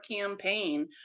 campaign